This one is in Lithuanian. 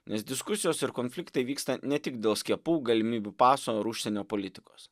nes diskusijos ir konfliktai vyksta ne tik dėl skiepų galimybių paso ar užsienio politikos